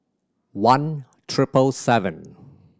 one triple seven